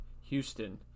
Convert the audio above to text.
Houston